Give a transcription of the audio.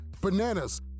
Bananas